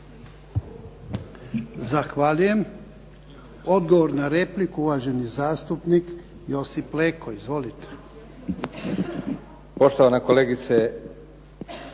Zahvaljujem. Odgovor na repliku, uvaženi zastupnik Josip Leko. Izvolite.